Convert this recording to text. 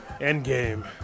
Endgame